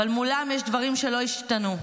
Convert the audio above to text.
אבל מולם יש דברים שלא השתנו: